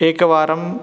एकवारं